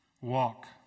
Walk